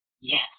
Yes